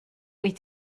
wyt